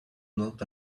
not